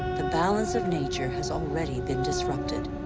the balance of nature has already been disrupted.